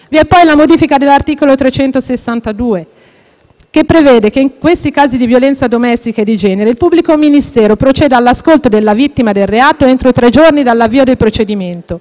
che prevede che nei casi di violenza domestica e di genere il pubblico ministero proceda all'ascolto della vittima del reato entro tre giorni dall'avvio del procedimento. C'è l'integrazione dell'articolo 370